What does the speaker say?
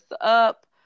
up